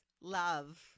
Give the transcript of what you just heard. love